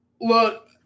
Look